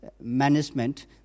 management